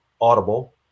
Audible